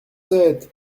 sept